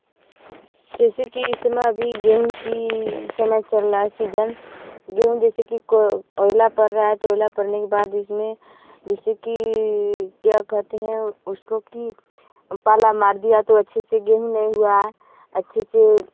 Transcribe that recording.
जैसे की इस समय अभी गेहूँ की समय चल रहा है सीजन गेहूँ जैसे की क़ ओला पड़ रहा है तो ओला पड़ने के बाद इसमें जैसे की क्या कहते हैं उसको की पाला मार दिया तो अच्छे गेहूँ नहीं हुआ अच्छे से